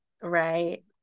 right